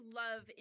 love